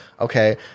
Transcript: okay